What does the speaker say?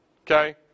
Okay